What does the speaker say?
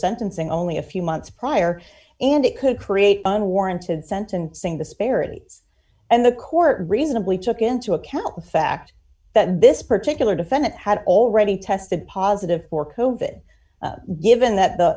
sentencing only a few months prior and it could create unwarranted sentencing disparities and the court reasonably took into account the fact that this particular defendant had already tested positive for coven given that the